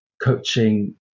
coaching